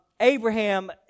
Abraham